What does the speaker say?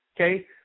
okay